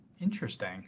Interesting